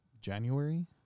January